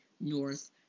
North